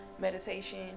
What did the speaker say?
meditation